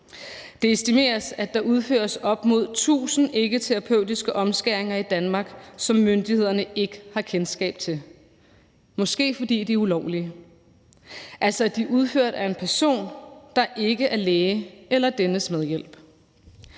Det estimeres, at der udføres op mod 1.000 ikketerapeutiske omskæringer i Danmark, som myndighederne ikke har kendskab til – måske fordi de er ulovlige, altså fordi de er udført af en person, der ikke er læge eller dennes medhjælp.